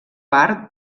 part